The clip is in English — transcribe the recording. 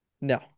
No